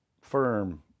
firm